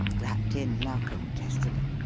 rapped in narkom, testily,